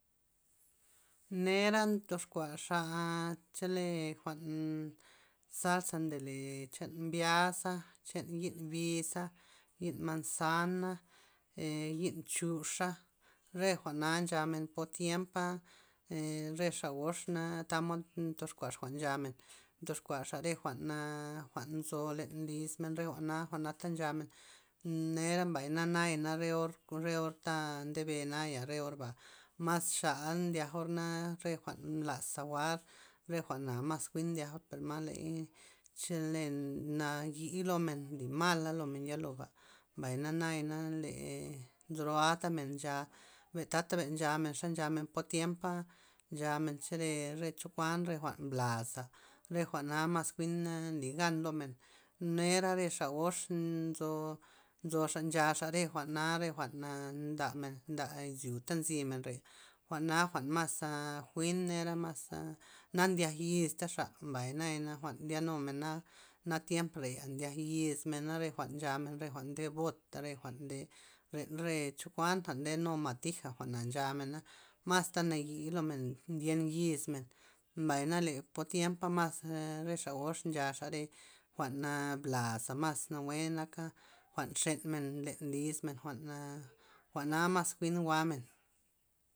Nera ndox kuaxa chele jwa'n salsa ndole chan mbiaza', chen yi'n biza' yi'n manzana' e yi'n chuxa', re jwa'na nchamen po tiempa', re xa gox na tamod ndox kuaxa jwa'n chamen, ndox kuaxa re jwa'na jwa'n nzo lismen re jwa'na jwa'nata nchamen, nera mbay na naya re- re orta nde naya re orba mas xa ndyakor na re jwa'n laza' jwa'r re jwa'na mas jwi'n ndyakor per ley chele nayii lomen nly mala lomen ye loba', mbay na nayana le nzo roata men ncha benta'ta ben nchamen ye nchamen po'a tiempa', nchamen chele re chokuan jwa'n mblaza', re jwa'na mas jwi'nn- nly gan lomen nera re xa gox nzo nzo xa ncha re jwa'na re jwa'n nda izyo ta nzy men reya' jwa'na jwa'n masa jwi'n nera mas na ndiak yistaxa mbay naya jwa'n ndyak numena na tiemp re'a ndyak yismen mbay na re jwa'n nchamen re jwa'n nde bota' re jwa'n nde len re chokuan ndenuma' tija jwa'na ncha mena masta nayi' lomen ndyen yismen, mbay le po tiempa mas re xa gox nchaxa re jwa'n blaza mas ngue naaka jwa'n nxenmen lis men jwa'n jwa'na mas jwi'n jwa'men.